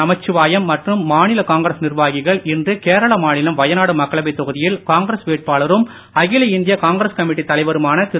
நமச்சிவாயம் மற்றும் மாநில காங்கிரஸ் நிர்வாகிகள் இன்று கேரள மாநிலம் வயநாடு மக்களவைத் தொகுதியில் காங்கிரஸ் வேட்பாளரும் அகில இந்திய காங்கிரஸ் கமிட்டி தலைவருமான திரு